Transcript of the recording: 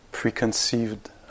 preconceived